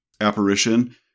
apparition